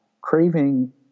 craving